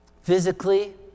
physically